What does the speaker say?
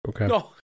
Okay